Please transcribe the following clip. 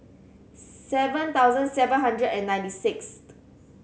seven thousand seven hundred and ninety six